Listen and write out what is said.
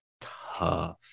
tough